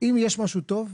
שאם יש משהו טוב,